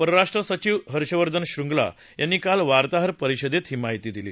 परराष्ट्र सधीव हर्षवर्धन श्रृंगला यांनी काल वार्ताहर परिषदेत ही माहिती दिली